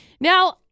Now